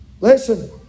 Listen